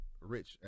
rich